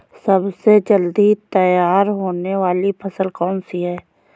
सबसे जल्दी तैयार होने वाली फसल कौन सी है?